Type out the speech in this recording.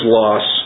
loss